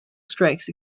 strikes